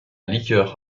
liqueur